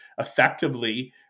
effectively